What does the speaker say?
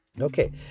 Okay